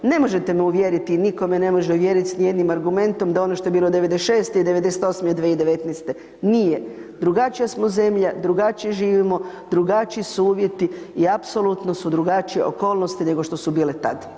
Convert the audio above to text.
Ne možete me uvjeriti i nitko me ne može uvjeriti s ni jednim argumentom da ono što je bilo '96.-te i '98., i 2019.-te, nije, drugačija smo zemlja, drugačije živimo, drugačiji su uvjeti i apsolutno su drugačije okolnosti nego što su bile tad.